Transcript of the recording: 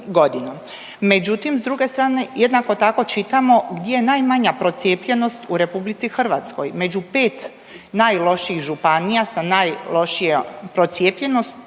Međutim, s druge strane jednako tako čitamo gdje je najmanja procijepljenost u RH. Među 5 najlošijih županija sa najlošijom procijepljenošću